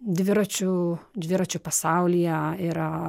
dviračių dviračių pasaulyje yra